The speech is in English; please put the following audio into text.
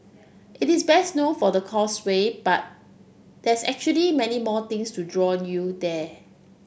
it is best known for the causeway but there's actually many more things to draw you there